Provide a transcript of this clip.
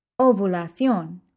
Ovulación